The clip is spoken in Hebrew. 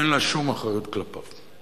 אין שום אחריות כלפיו.